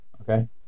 Okay